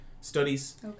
studies